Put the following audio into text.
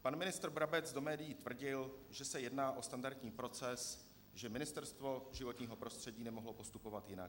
Pan ministr Brabec do médií tvrdil, že se jedná o standardní proces, že Ministerstvo životního prostředí nemohlo postupovat jinak.